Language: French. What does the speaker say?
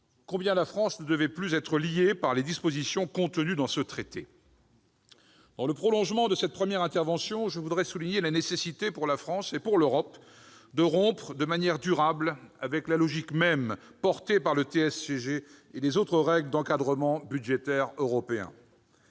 combien la France ne devait plus être liée par les dispositions contenues dans ce traité. Dans le prolongement de cette première intervention, je voudrais souligner la nécessité pour la France et pour l'Europe de rompre, de manière durable, avec la logique même portée par le TSCG et les autres règles d'encadrement budgétaire européen.